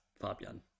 Fabian